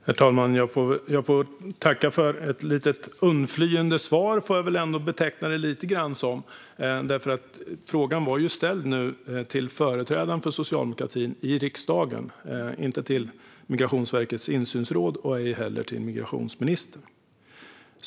Herr talman! Jag tackar för ett lite undflyende svar, som jag väl ändå får beteckna det som. Frågan var ju ställd nu till företrädaren för socialdemokratin i riksdagen, inte till Migrationsverkets insynsråd och ej heller till migrationsministern.